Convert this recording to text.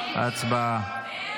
הצבעה.